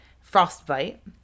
Frostbite